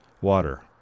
Water